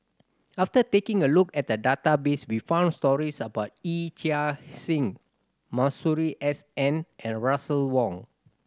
after taking a look at the database we found stories about Yee Chia Hsing Masuri S N and Russel Wong